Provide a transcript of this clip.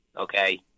Okay